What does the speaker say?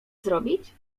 zrobić